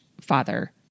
father